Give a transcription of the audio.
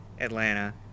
Atlanta